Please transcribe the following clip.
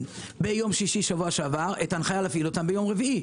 ביום שישי שבוע שעבר כשאת ההנחיה קיבלנו ביום רביעי.